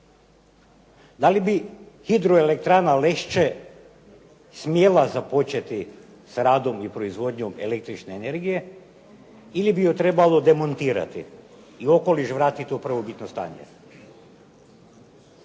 da li bi Hidroelektrana „Lešće“ smjela započeti s radom i proizvodnjom električne energije ili bi ju trebalo demontirati i okoliš vratiti u prvobitno stanje,